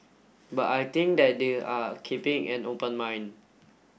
but I think that they are keeping an open mind